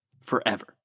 forever